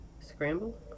Scramble